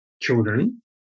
children